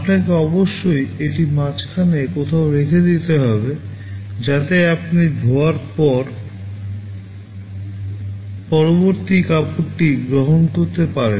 আপনাকে অবশ্যই এটি মাঝখানে কোথাও রেখে দিতে হবে যাতে আপনি ধোয়ার জন্য পরবর্তী কাপড়টি গ্রহণ করতে পারেন